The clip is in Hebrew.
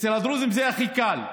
אצל הדרוזים זה הכי קל.